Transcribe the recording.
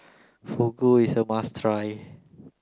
Fugu is a must try